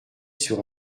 sur